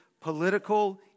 political